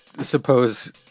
suppose